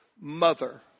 mother